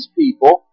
people